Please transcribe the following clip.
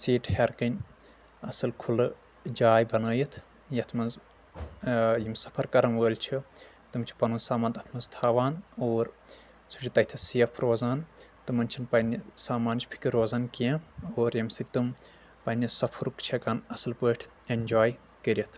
سیٖٹہِ ہیرکنۍ اصل کھُلہٕ جاے بنٲیتھ یتھ منٛز یِم سفر کرن وٲلۍ چھِ تِم چھِ پنُن سامان تتھ منٛز تھاوان اور سُہ چھ تتھیس سیف روزان تِمن چھِنہٕ پننہِ سامانٕچ فکر روزان کینٛہہ اور ییٚمہِ سۭتۍ تِم پننہِ سفرُک چھِ ہٮ۪کان اصل پٲٹھۍ اٮ۪نجاے کٔرتھ